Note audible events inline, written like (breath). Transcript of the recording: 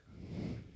(breath)